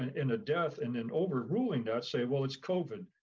in a death and then overruling that say, well, it's covid.